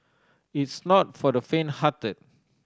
it's not for the fainthearted